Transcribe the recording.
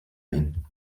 ihn